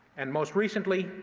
and most recently,